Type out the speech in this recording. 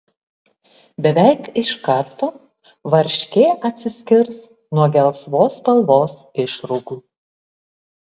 beveik iš karto varškė atsiskirs nuo gelsvos spalvos išrūgų